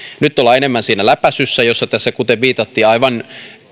nyt ollaan enemmän siinä läpäisyssä jossa kuten viitattiin aivan